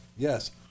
Yes